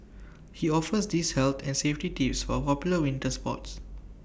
he offers these health and safety tips for popular winter sports